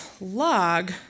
log